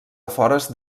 afores